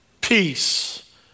Peace